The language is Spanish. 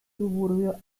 suburbio